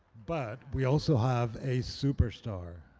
but we also have a superstar,